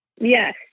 Yes